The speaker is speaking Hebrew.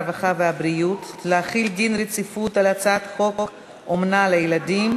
הרווחה והבריאות להחיל דין רציפות על הצעת חוק אומנה לילדים,